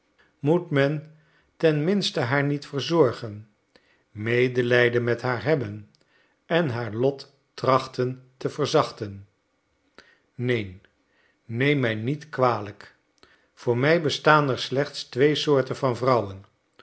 moet men ten minste haar niet verzorgen medelijden met haar hebben en haar lot trachten te verzachten neen neem mij niet kwalijk voor mij bestaan er slechts twee soorten van vrouwen